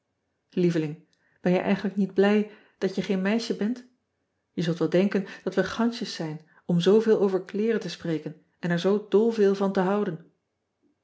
ieveling ben je eigenlijk niet blij dat je geen meisje bent e zult wel denken dat we gansjes zijn om zooveel over kleeren te spreken en er zoo dol veel van te houden